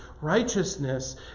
Righteousness